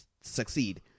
succeed